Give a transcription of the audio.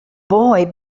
boy